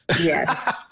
Yes